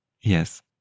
Yes